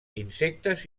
insectes